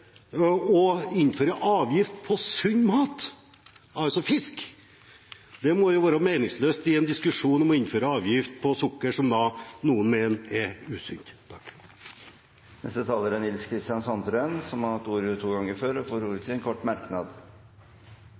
å innføre avgift på sunn mat, altså fisk, må være meningsløst når vi diskuterer å innføre avgift på sukker, som noen mener er usunt. Representanten Nils Kristen Sandtrøen har hatt ordet to ganger tidligere og får ordet til en kort merknad,